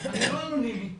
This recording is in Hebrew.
אני לא אנונימי.